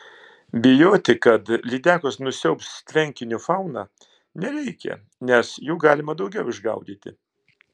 bijoti kad lydekos nusiaubs tvenkinio fauną nereikia nes jų galima daugiau išgaudyti